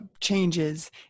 changes